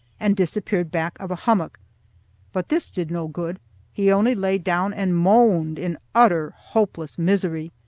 and disappeared back of a hummock but this did no good he only lay down and moaned in utter hopeless misery.